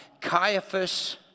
Caiaphas